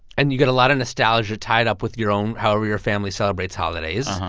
and you've got a lot of nostalgia tied up with your own however your family celebrates holidays.